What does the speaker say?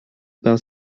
par